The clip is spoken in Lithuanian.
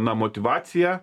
na motyvacija